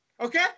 Okay